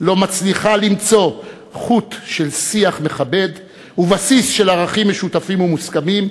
לא מצליחה למצוא חוט של שיח מכבד ובסיס של ערכים משותפים ומוסכמים,